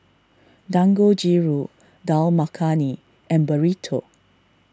Dangojiru Dal Makhani and Burrito